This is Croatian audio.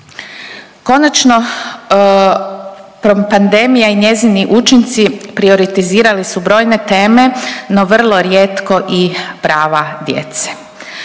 Konačno pandemija i njezini učinci prioritizirali su brojne teme, no vrlo rijetko i prava djece.